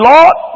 Lord